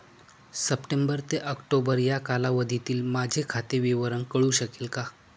September ते October या कालावधीतील माझे खाते विवरण कळू शकेल का?